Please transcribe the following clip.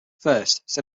first